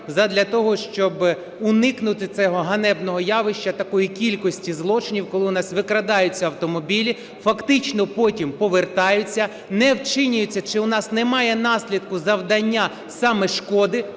задля того, щоби уникнути цього ганебного явища, такої кількості злочинів, коли в нас викрадаються автомобілі, фактично потім повертаються, не вчинюється чи у нас немає наслідку завдання саме шкоди.